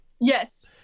yes